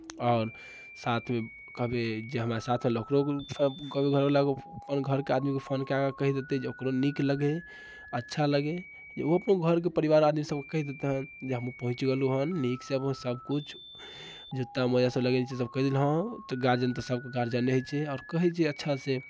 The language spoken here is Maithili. आओर साथमे अभी जे हमरा साथ अयलै ओकरो सभ कहबै घरवलाके अपन घरके आदमीकेँ फोन कए कऽ कहि देतै जे ओकरो नीक लगै अच्छा लगै जे ओहो अपन घर परिवारके आदमी सभकेँ कहि देतनि जे हमहूँ पहुँचि गेलहुँ हन नीकसँ अपन सभकिछु जूता मोजा सभ लगै छै सभ कहि देलहुँ हन ओ तऽ गार्जियन तऽ सभके गार्जने होइ छै आओर कहै छै अच्छासँ